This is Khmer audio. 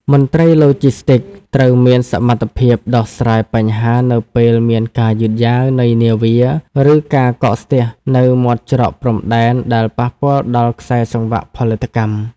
មន្ត្រីឡូជីស្ទីកត្រូវមានសមត្ថភាពដោះស្រាយបញ្ហានៅពេលមានការយឺតយ៉ាវនៃនាវា ឬការកកស្ទះនៅមាត់ច្រកព្រំដែនដែលប៉ះពាល់ដល់ខ្សែសង្វាក់ផលិតកម្ម។